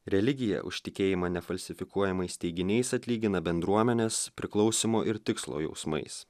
religija už tikėjimą nefalsifikuojamais teiginiais atlygina bendruomenės priklausymo ir tikslo jausmais